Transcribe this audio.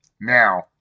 Now